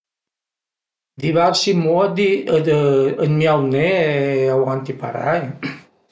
Diversi modi dë miuné e avanti parei